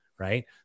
right